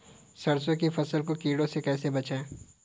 सरसों की फसल को कीड़ों से कैसे बचाएँ?